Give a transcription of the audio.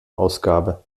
ausgabe